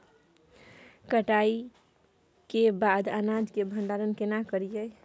कटाई के बाद अनाज के भंडारण केना करियै?